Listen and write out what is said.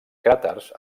cràters